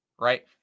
right